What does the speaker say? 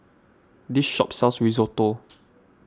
this shop sells Risotto